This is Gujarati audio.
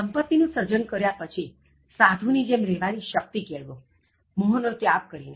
સંપત્તિ નું સર્જન કર્યા પછી સાધુ ની જેમ રહેવા ની શક્તિ કેળવો મોહ નો ત્યાગ કરીને